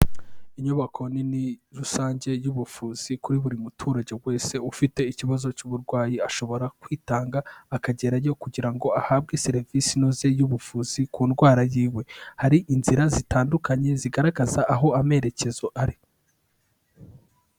Inyubako nini rusange y'ubuvuzi kuri buri muturage wese ufite ikibazo cy'uburwayi, ashobora kwitanga akagerayo kugira ngo ahabwe serivisi inoze y'ubuvuzi ku ndwara yiwe, hari inzira zitandukanye zigaragaza aho amerekezo ari.